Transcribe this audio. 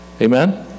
Amen